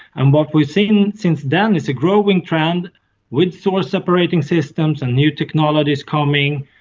and what we've seen since then is a growing trend with sewer separating systems and new technologies coming,